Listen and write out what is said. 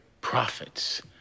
profits